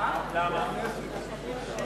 אי-אמון בממשלה לא נתקבלה.